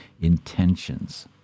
intentions